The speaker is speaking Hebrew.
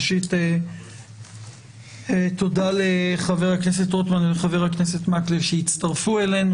ראשית תודה לחבר הכנסת רוטמן ולחבר הכנסת מקלב שהצטרפו אלינו.